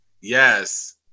Yes